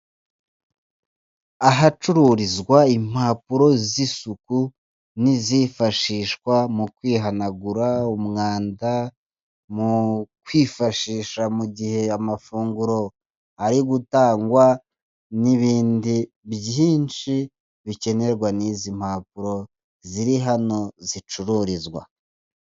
Ahacururizwa impapuro z'isuku nk'izifashishwa mu kwihanagura umwanda mu kwifashisha mu gihe amafunguro ari gutangwa n'ibindi byinshi bikenerwa n'izi mpapuro ziri hano zicururizwa.